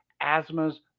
asthmas